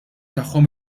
tagħhom